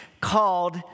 called